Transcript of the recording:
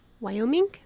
Wyoming